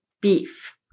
beef